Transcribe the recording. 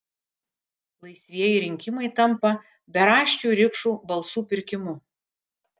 laisvieji rinkimai tampa beraščių rikšų balsų pirkimu